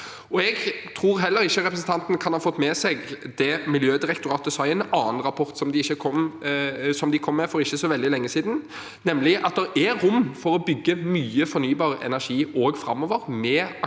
Jeg tror heller ikke representanten kan ha fått med seg det Miljødirektoratet sa i en annen rapport som de kom med for ikke så veldig lenge siden, nemlig at det er rom for å bygge mye fornybar energi framover, med akseptabel